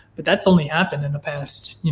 but that's only happened in the past,